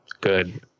good